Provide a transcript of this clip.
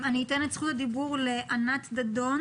אני אתן את זכות הדיבור לענת דדון,